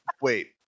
wait